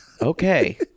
Okay